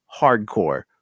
Hardcore